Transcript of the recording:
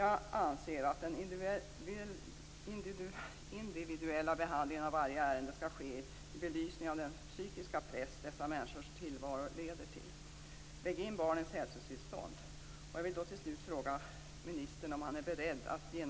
Jag anser att den individuella behandlingen av varje ärende skall ske i belysning av den psykiska press som dessa människors tillvaro leder till.